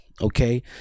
Okay